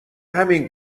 همین